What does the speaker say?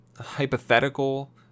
hypothetical